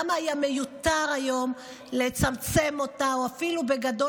למה היה מיותר היום לצמצם אותה ובגדול